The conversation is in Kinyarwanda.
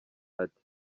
ati